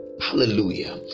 hallelujah